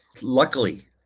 luckily